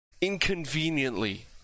Inconveniently